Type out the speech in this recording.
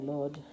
Lord